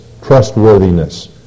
trustworthiness